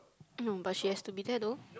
no but she has to be there though